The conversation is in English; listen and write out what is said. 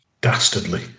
Dastardly